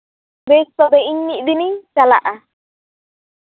ᱵᱮᱥ ᱛᱚᱵᱮ ᱤᱧ ᱢᱤᱫ ᱫᱤᱱᱤᱧ ᱪᱟᱞᱟᱜᱼᱟ